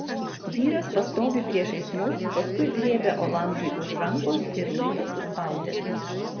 vyras pastovi priešais mus paskui griebia olandui už rankos ir laiko suspaudęs